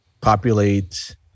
populate